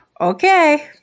okay